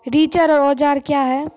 रिचर औजार क्या हैं?